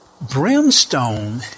brimstone